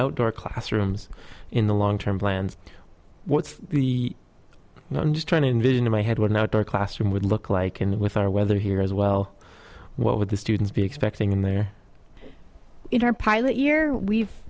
outdoor classrooms in the long term plans what's the i'm just trying to envision in my head what an outdoor classroom would look like in with our weather here as well what would the students be expecting in their in our pilot year we've